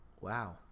Wow